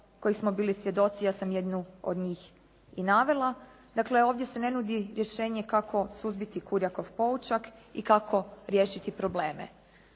kojih smo bili svjedoci. Ja sam jednu od njih i navela. Dakle ovdje se ne nudi rješenje kako suzbiti Kurjakov poučak i kako riješiti probleme?